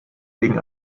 wegen